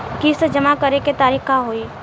किस्त जमा करे के तारीख का होई?